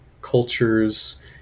cultures